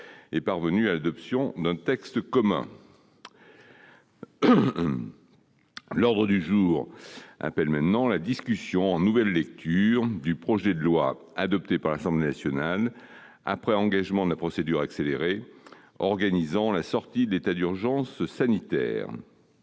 est parvenue à l'adoption d'un texte commun. L'ordre du jour appelle la discussion en nouvelle lecture du projet de loi, adopté par l'Assemblée nationale après engagement de la procédure accélérée, organisant la sortie de l'état d'urgence sanitaire